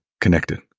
connected